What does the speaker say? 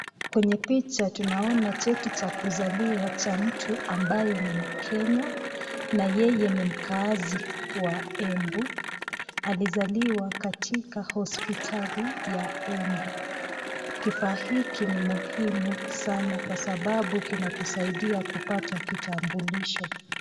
Kwenye picha tunaona cheti cha kuzaliwa ya mtu ambaye ni mkenya na yeye ni mkaazi wa Embu. Alizaliwa katika hospitali ya Embu. Kifaa hiki ni muhimu sana kwa sababu kinatusaidia kupata kitambulisho.